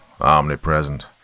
omnipresent